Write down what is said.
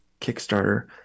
kickstarter